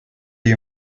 you